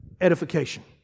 edification